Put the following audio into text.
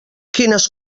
quines